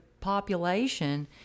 population